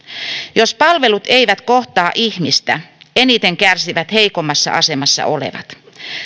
jos palvelut eivät kohtaa ihmistä eniten kärsivät heikoimmassa asemassa olevat